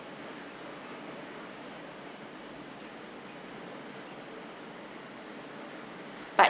but